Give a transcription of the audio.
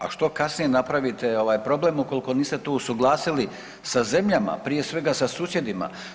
A što kasnije napravite problem ukoliko niste tu usuglasili sa zemljama, prije svega sa susjedima.